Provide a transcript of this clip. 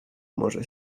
może